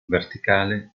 verticale